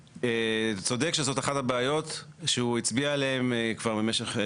צודק שזאת אחת הבעיות שהוא הצביע עליהן כבר במשך,